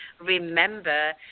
remember